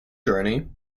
journey